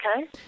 Okay